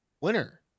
winner